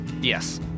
Yes